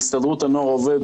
בהסתדרות הנוער העובד,